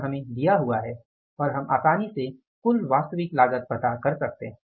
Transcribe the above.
यह हमें दिया हुआ है और हम आसानी से कुल वास्तविक लागत पता कर सकते है